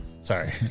Sorry